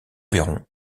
verrons